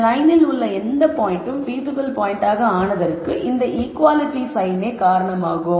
இந்த லயனில் உள்ள எந்த பாயின்ட்டும் பீசிபில் பாயின்ட்டாக ஆனதற்கு இந்த ஈகுவாலிட்டி சைனே காரணமாகும்